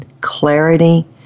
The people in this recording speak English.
clarity